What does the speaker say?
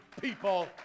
people